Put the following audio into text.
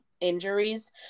injuries